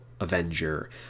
Avenger